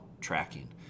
tracking